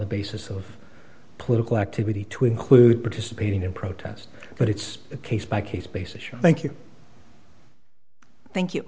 the basis of political activity to include participating in protest but it's a case by case basis thank you thank you